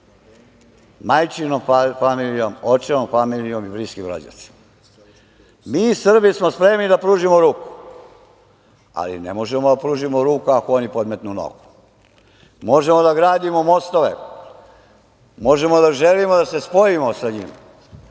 familijom, očevom familijom i bliskim rođacima. Mi Srbi smo spremni da pružimo ruku, ali ne možemo da pružimo ruku ako oni podmetnu nogu. Možemo da gradimo mostove, možemo da želimo da se spojimo sa njima,